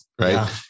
Right